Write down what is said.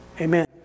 Amen